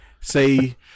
say